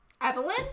Evelyn